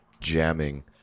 jamming